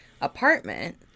apartment